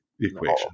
equation